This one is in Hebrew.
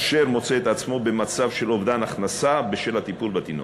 אשר מוצא את עצמו במצב של אובדן הכנסה בשל הטיפול בתינוק.